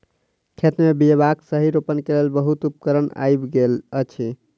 खेत मे बीयाक सही रोपण के लेल बहुत उपकरण आइब गेल अछि